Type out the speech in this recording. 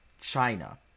China